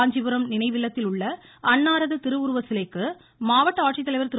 காஞ்சிபுரம் நினைவில்லத்தில் உள்ள அன்னாரது திருவுருவச் சிலைக்கு மாவட்ட ஆட்சித் தலைவர் திரு